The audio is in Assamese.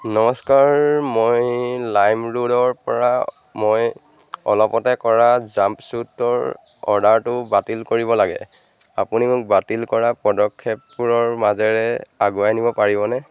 নমস্কাৰ মই লাইমৰোডৰপৰা মই অলপতে কৰা জাম্পছুটৰ অৰ্ডাৰটো বাতিল কৰিব লাগে আপুনি মোক বাতিল কৰা পদক্ষেপবোৰৰ মাজেৰে আগুৱাই নিব পাৰিবনে